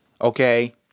Okay